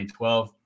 2012